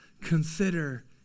Consider